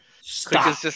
Stop